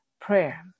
prayer